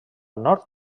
nord